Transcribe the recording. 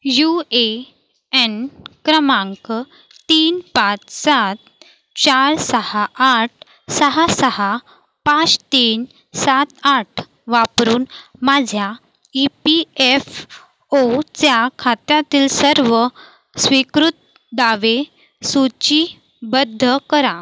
you A N क्रमांक तीन पाच सात चार सहा आठ सहा सहा पाच तीन सात आठ वापरून माझ्या ई पी एफ ओच्या खात्यातील सर्व स्वीकृत दावे सूचीबद्ध करा